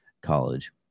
College